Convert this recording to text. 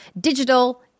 digital